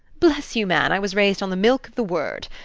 bless you, man, i was raised on the milk of the word.